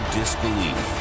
disbelief